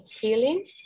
healing